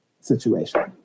situation